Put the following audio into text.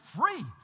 free